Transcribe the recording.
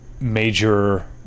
major